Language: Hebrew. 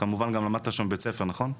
כמובן גם למדת שם בבית ספר, נכון?